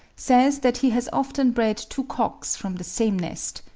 says that he has often bred two cocks from the same nest,